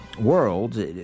world